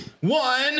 one